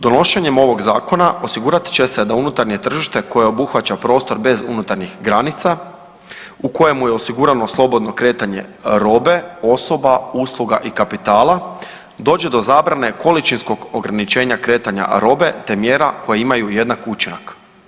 Donošenjem ovog zakona osigurat će se da unutarnje tržište koje obuhvaća prostor bez unutarnjih granica u kojemu je osigurano slobodno kretanje robe, osoba, usluga i kapitala dođe do zabrane količinskog ograničenja kretanja robe te mjera koje imaju jednak učinak.